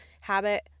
habit